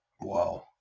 Wow